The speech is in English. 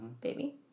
baby